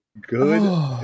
Good